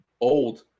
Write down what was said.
old